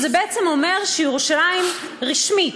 שזה בעצם אומר שירושלים, רשמית,